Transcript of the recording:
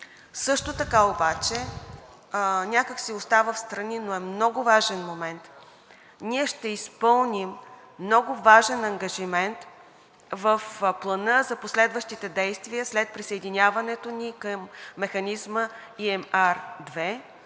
Също така обаче някак си остава встрани, но е много важен момент, ние ще изпълним много важен ангажимент в Плана за последващите действия след присъединяването ни към механизма ЕRM